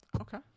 Okay